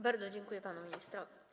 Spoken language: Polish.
Bardzo dziękuję panu ministrowi.